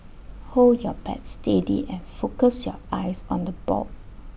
hold your bat steady and focus your eyes on the ball